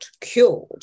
cured